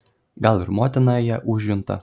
gal ir motina ją užjunta